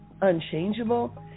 unchangeable